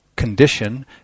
condition